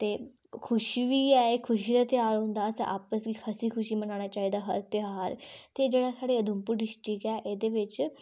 ते खुशी बी ऐ एह् खुशी दा ध्यार होंदा असें आपस च हस्सी खुशी मनाना चाहिदा साढ़ा हर ध्यार ते जेह्ड़ा साढ़ा उधमपुर डिस्ट्रिक्ट ऐ एह्दे बिच